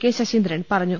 K Saseendran പറഞ്ഞു